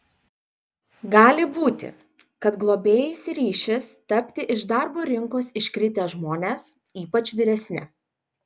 gali būti kad globėjais ryšis tapti iš darbo rinkos iškritę žmonės ypač vyresni